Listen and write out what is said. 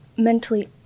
mentally